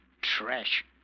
trash